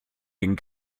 den